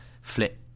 flip